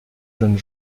jeunes